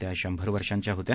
त्या शंभर वर्षांच्या होत्या